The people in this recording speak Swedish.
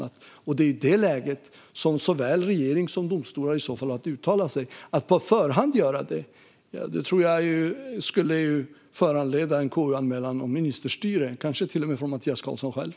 Det är i så fall i det läget som såväl regering som domstolar har att uttala sig. Skulle jag göra det på förhand tror jag att det skulle föranleda en KU-anmälan om ministerstyre, kanske till och med från Mattias Karlsson själv.